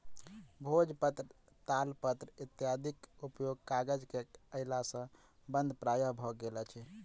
भोजपत्र, तालपत्र इत्यादिक उपयोग कागज के अयला सॅ बंद प्राय भ गेल अछि